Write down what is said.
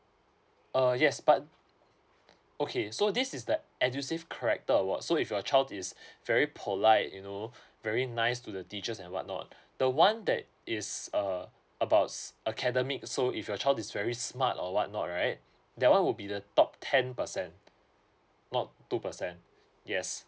uh yes but okay so this is the edusave character awards so if your child is very polite you know very nice to the teachers and whatnot the one that is err about academics so if your child is very smart or whatnot right that one will be the top ten percent not two percent yes